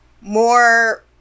more